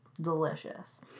delicious